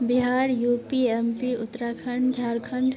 Bihar U P M P Uttarakhand Jharkhand